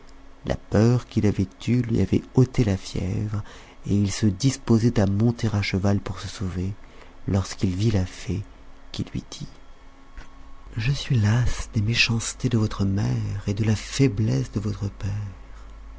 la peur qu'il avait eue lui avait ôté la fièvre et il se disposait à monter à cheval pour se sauver lorsqu'il vit la fée qui lui dit je suis lasse des méchancetés de votre mère et de la faiblesse de votre père